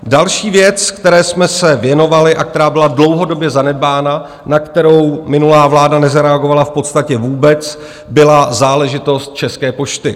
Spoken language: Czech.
Další věc, které jsme se věnovali a která byla dlouhodobě zanedbána, na kterou minulá vláda nezareagovala v podstatě vůbec, byla záležitost České pošty.